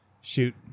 shoot